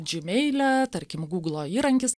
džimeile tarkim gūglo įrankis